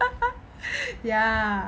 ya